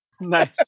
Nice